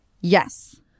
Yes